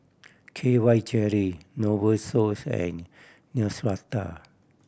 K Y Jelly Novosource and Neostrata